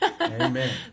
Amen